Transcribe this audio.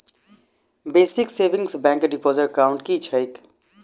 Basic savings bank deposit account की छैक?